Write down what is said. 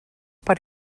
per